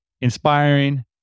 inspiring